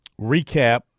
recap